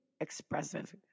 expressive